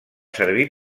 servir